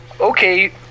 okay